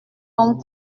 donc